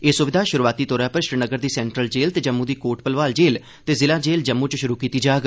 एह् सुविधा शुरुआती तौर उप्पर श्रीनगर दी सेंट्रल जेल ते जम्मू दी कोट भलवाल जेल ते जिला जेल जम्मू च शुरु कीती जाग